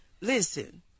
Listen